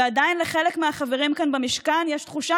ועדיין לחלק מהחברים כאן במשכן יש תחושה